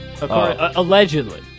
Allegedly